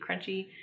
crunchy